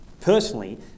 personally